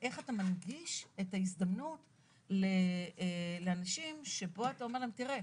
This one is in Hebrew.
באיך אתה מנגיש את ההזדמנות לאנשים שבו אתה אומר להם תראה,